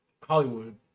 Hollywood